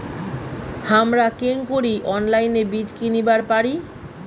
হামরা কেঙকরি অনলাইনে বীজ কিনিবার পারি?